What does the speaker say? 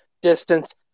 distance